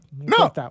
No